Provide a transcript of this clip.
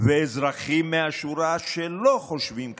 ובאזרחים מהשורה שלא חושבים כמוכם.